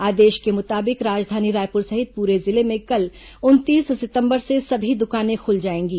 आदेश के मुताबिक राजधानी रायपुर सहित पूरे जिले में कल उनतीस सितंबर से सभी दुकानें खुल जाएंगी